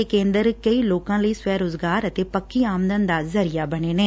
ਇਹ ਕੇਂਦਰ ਕਈ ਲੋਕਾਂ ਲਈ ਸਵੈ ਰੁਜ਼ਗਾਰ ਅਤੇ ਪੱਕੀ ਆਮਦਨ ਦਾ ਜਰੀਆ ਬਣੇ ਨੇ